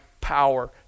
power